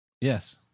Yes